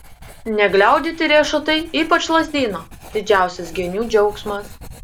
negliaudyti riešutai ypač lazdyno didžiausias genių džiaugsmas